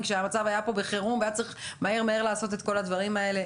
כשהמצב היה פה בחירום והיה צריך מהר מהר לעשות את כל הדברים האלה.